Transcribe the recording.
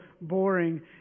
boring